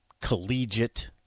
collegiate